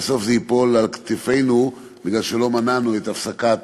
בסוף זה ייפול על כתפינו מפני שלא מנענו את הפסקת